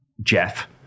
Jeff